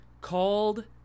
called